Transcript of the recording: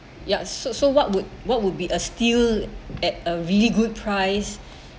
ya so so what would what would be a steal at a really good price